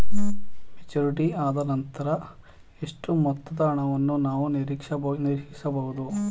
Maturity ಆದನಂತರ ಎಷ್ಟು ಮೊತ್ತದ ಹಣವನ್ನು ನಾನು ನೀರೀಕ್ಷಿಸ ಬಹುದು?